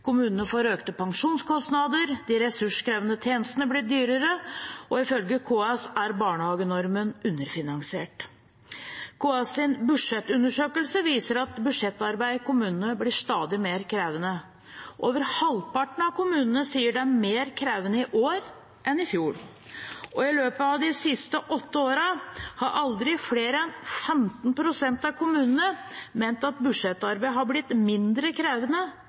Kommunene får økte pensjonskostnader, de ressurskrevende tjenestene blir dyrere, og ifølge KS er barnehagenormen underfinansiert. Budsjettundersøkelsen til KS viser at budsjettarbeidet i kommunene blir stadig mer krevende. Over halvparten av kommunene sier det er mer krevende i år enn i fjor. I løpet at de siste åtte årene har aldri mer enn 15 pst. av kommunene ment at budsjettarbeidet har blitt mindre krevende